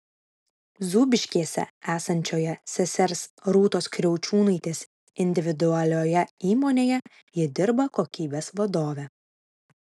zūbiškėse esančioje sesers rūtos kriaučiūnaitės individualioje įmonėje ji dirba kokybės vadove